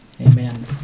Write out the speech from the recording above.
Amen